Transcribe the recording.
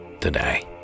today